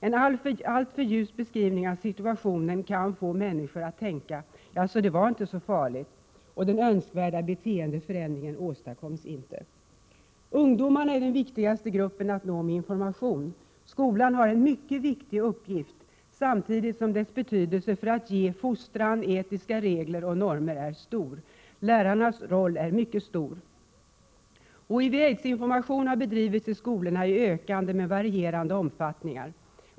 En alltför ljus beskrivning av situationen kan få människor att tänka: Jaså, det var inte så farligt. Den önskvärda beteendeförändringen åstadkommes därmed inte. Ungdomarna är den viktigaste gruppen att nå med information. Skolan har en synnerligen angelägen uppgift samtidigt som dess betydelse för att ge fostran, etiska regler och normer är stor. Lärarnas roll är central. HIV och aidsinformation har bedrivits i skolorna i ökande men varierande omfattning.